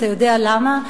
אתה יודע למה?